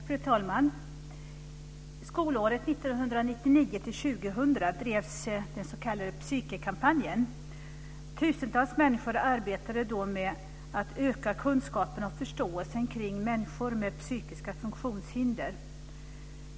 Fru talman! Skolåret 1999/2000 drevs den s.k. Psykekampanjen. Tusentals människor arbetade då för att öka kunskapen och förståelsen kring människor med psykiska funktionshinder.